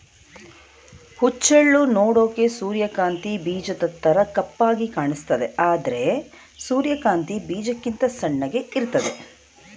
ಹುಚ್ಚೆಳ್ಳು ನೋಡೋಕೆ ಸೂರ್ಯಕಾಂತಿ ಬೀಜದ್ತರ ಕಪ್ಪಾಗಿ ಕಾಣಿಸ್ತದೆ ಆದ್ರೆ ಸೂರ್ಯಕಾಂತಿ ಬೀಜಕ್ಕಿಂತ ಸಣ್ಣಗೆ ಇರ್ತದೆ